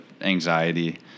anxiety